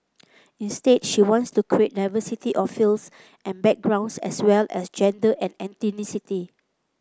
instead she wants to create diversity of fields and backgrounds as well as gender and ethnicity